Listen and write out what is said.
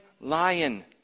lion